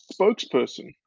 spokesperson